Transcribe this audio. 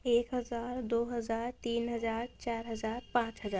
ایک ہزار دو ہزار تین ہزار چار ہزار پانچ ہزار